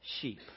sheep